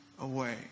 away